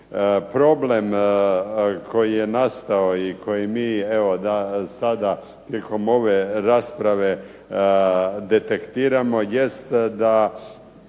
Problem koji je nastao i koji mi, evo sada tijekom ove rasprave detektiramo,